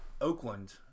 Oakland